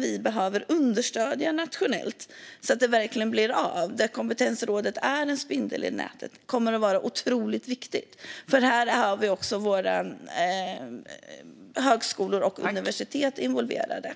Vi behöver nationellt understödja kompetensråden - spindeln i nätet. Det är otroligt viktigt. Här är även högskolor och universitet involverade.